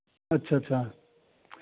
अच्छा अच्छा